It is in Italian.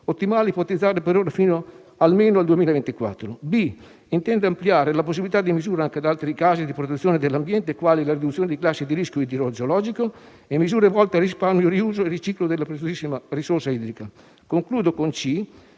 misura sui territori; se si intenda ampliare la possibilità di misura anche ad altri casi di protezione dell'ambiente, quali la riduzione di classi di rischio idrogeologico e misure volte al risparmio, riuso e riciclo della preziosissima risorsa idrica; se sia in